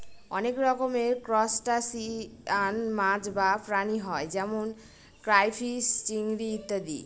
অনেক রকমের ত্রুসটাসিয়ান মাছ বা প্রাণী হয় যেমন ক্রাইফিষ, চিংড়ি ইত্যাদি